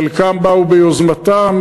חלקם באו ביוזמתם,